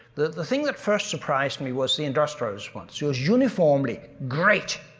the the thing that first surprised me was the industrialist ones, it was uniformly, great,